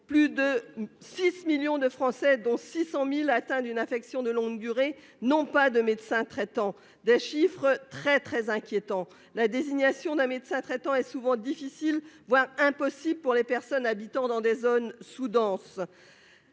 Plus de 6 millions de Français, dont 600 000 sont atteints d'une affection de longue durée, n'ont pas de médecin traitant. Ces chiffres sont très inquiétants. La désignation d'un médecin traitant est souvent difficile, voire impossible pour des personnes habitant des zones sous-denses.